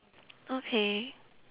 okay